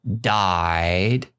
died